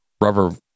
rubber